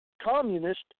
communist